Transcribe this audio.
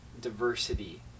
diversity